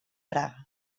praga